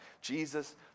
Jesus